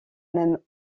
même